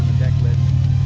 deck lid